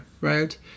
right